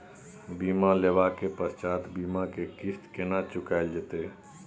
बीमा लेबा के पश्चात बीमा के किस्त केना चुकायल जेतै?